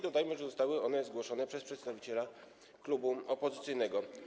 Dodajmy, że zostały one zgłoszone przez przedstawiciela klubu opozycyjnego.